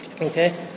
Okay